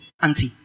auntie